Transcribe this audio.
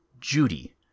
Judy